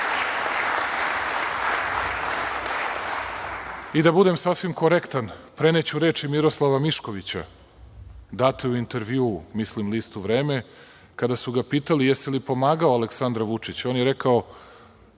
i da budem sasvim korektan, preneću reči Miroslava Miškovića, date u intervjuu, mislim u listu Vreme, kada su ga pitali – jesi li pomagao Aleksandra Vučića, on je rekao